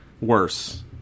worse